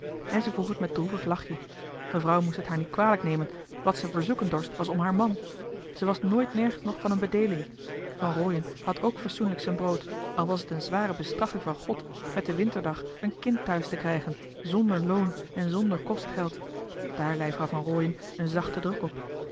en ze vroeg het met droevig lachje mevrouw moest het haar niet kwalijk nemen wat ze verzoeken dorst was om haar man ze waren nooit nergens nog van een bedeeling van rooien had ook fe'soenlijk z'en brood al was het een zware bestraffing van god met de winterdag een kind thuis te krijgen zonder loon en zonder kostgeld daar lei vrouw van rooien een zachten druk op